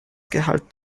gehalt